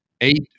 eight